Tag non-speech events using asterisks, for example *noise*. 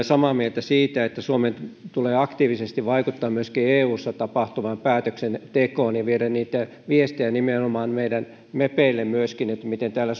*unintelligible* samaa mieltä siitä että suomen tulee aktiivisesti vaikuttaa myöskin eussa tapahtuvaan päätöksentekoon ja viedä niitä viestejä nimenomaan myöskin meidän mepeille miten täällä *unintelligible*